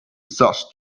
search